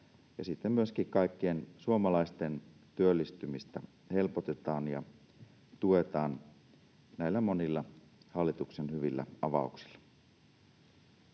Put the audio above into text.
myöskin kaikkien suomalaisten työllistymistä helpotetaan ja tuetaan näillä monilla hallituksen hyvillä avauksilla.